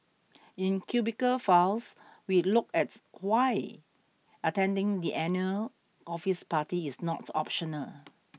in Cubicle Files we look at why attending the annual office party is not optional